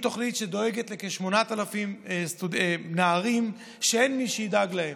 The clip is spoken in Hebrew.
שהיא תוכנית שדואגת לכ-8,000 נערים שאין מי שידאג להם.